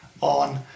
on